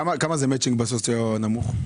כמה זה המצ'ינג בסוציו אקונומי הנמוך?